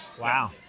Wow